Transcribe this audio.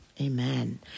Amen